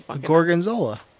Gorgonzola